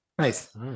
nice